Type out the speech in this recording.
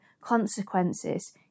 consequences